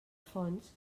fonts